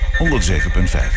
107,5